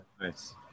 nice